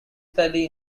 slightly